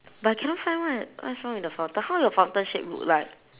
but cannot find right what's wrong with the foutain how your fountain shape look like